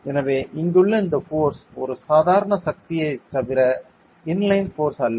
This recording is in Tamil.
எனவே இங்குள்ள இந்த ஃபோர்ஸ் ஒரு சாதாரண சக்தியே தவிர இன்லைன் ஃபோர்ஸ் அல்ல